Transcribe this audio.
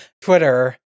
Twitter